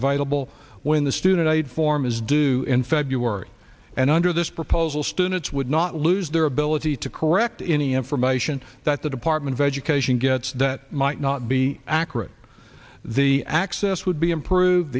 viable when the student aid form is due in february and under this proposal students would not lose their ability to correct any information that the department of education gets that might not be accurate the access would be improved